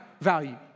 value